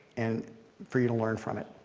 and for you to learn from it.